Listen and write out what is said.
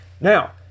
Now